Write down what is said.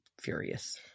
furious